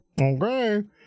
okay